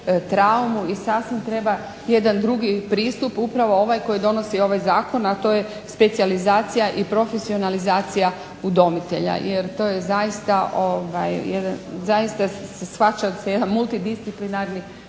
traumu i sasvim treba jedan drugi pristup upravo ovaj koji donosi ovaj Zakon a to je specijalizacija i profesionalizacija udomitelja jer to je zaista se shvaća jedan multidisciplinarni